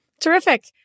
Terrific